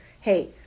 Hey